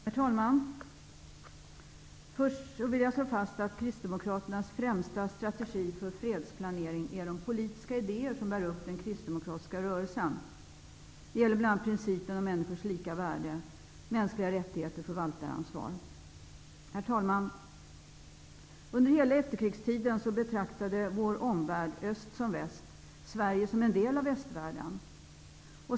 Herr talman! Först vill jag slå fast att kristdemokraternas främsta strategi för fredsplanering är de politiska idéer som bär upp den kristdemokratiska rörelsen. Det gäller bl.a. principen om människors lika värde, mänskliga rättigheter och förvaltaransvar. Herr talman! Under hela efterkrigstiden betraktade vår omvärld, öst som väst, Sverige som en del av västvärlden.